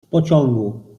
pociągu